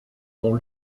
ont